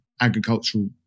agricultural